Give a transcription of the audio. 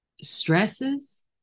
stresses